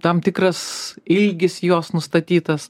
tam tikras ilgis jos nustatytas